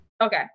Okay